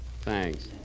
Thanks